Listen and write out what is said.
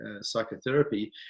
psychotherapy